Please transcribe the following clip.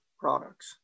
products